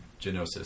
Genosis